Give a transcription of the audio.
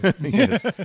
Yes